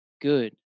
good